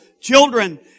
children